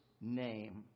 name